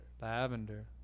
Lavender